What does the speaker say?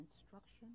instruction